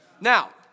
Now